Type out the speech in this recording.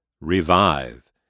Revive